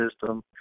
system